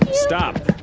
stop.